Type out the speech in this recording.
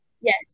yes